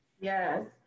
yes